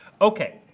Okay